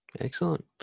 Excellent